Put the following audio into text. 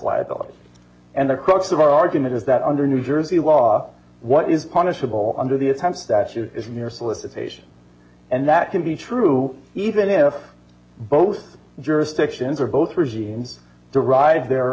liability and the crux of our argument is that under new jersey law what is punishable under the attempt is mere solicitation and that can be true even if both jurisdictions or both regimes derive their